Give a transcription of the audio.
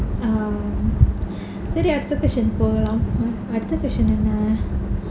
um சரி அடுத்த:sari adutha question போகலாம் அடுத்த:pogalaam adutha question என்ன:enna